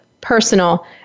personal